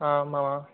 ஆமாம்மா